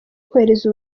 kohereza